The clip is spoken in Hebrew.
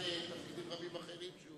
נוסף על תפקידים רבים אחרים שהוא